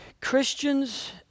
Christians